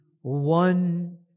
one